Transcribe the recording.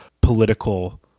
political